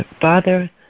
Father